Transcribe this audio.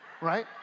Right